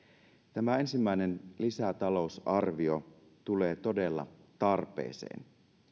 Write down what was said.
tämä ensimmäinen lisätalousarvio tulee todella tarpeeseen